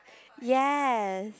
yes